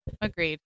Agreed